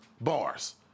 Bars